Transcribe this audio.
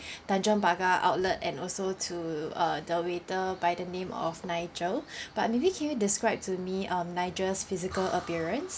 tanjong pagar outlet and also to uh the waiter by the name of nigel but maybe can you describe to me um nigel's physical appearance